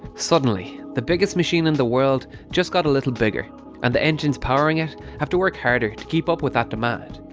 suddenly the biggest machine in the world just got a little bigger and the engines powering it have to work harder to keep up with that demand.